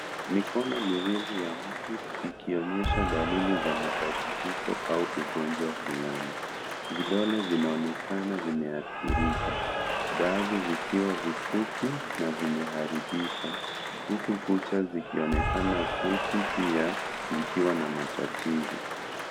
Mikono miwili ya mtu ikionyesha dalili za mabadiliko au ugonjwa fulani vidole vinaonekana vimeadhirika baadhi vikiwa vifupi na vimeharibika huku kucha zikionekana fupi pia zikiwa na matatizo.